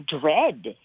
dread